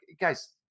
guys –